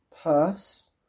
purse